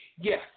Yes